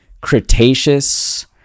Cretaceous